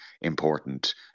important